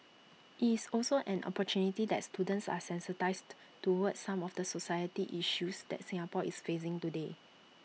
IT is also an opportunity that students are sensitised towards some of the society issues that Singapore is facing today